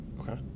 okay